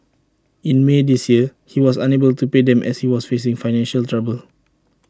in may this year he was unable to pay them as he was facing financial trouble